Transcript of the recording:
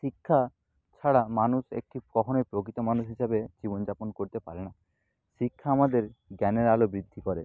শিক্ষা ছাড়া মানুষ একটি কখনোই প্রকৃত মানুষ হিসাবে জীবন যাপন করতে পারে না শিক্ষা আমাদের জ্ঞানের আলো বৃদ্ধি করে